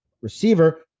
receiver